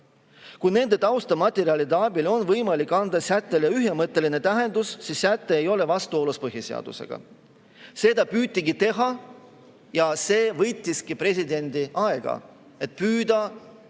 Kui nende taustamaterjalide abil on võimalik anda sättele ühemõtteline tähendus, siis see säte ei ole vastuolus põhiseadusega. Seda püütigi teha ja see võttiski presidendil aega, et püüda